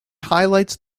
highlights